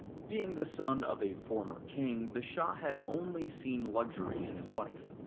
being the son of a former king, the shah had only seen luxury in his life.